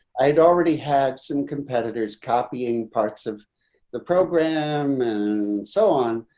i'd already had some competitors copying parts of the program and so on.